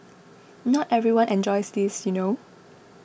not everyone enjoys this you know